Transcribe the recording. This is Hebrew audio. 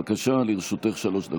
בבקשה, לרשותך שלוש דקות.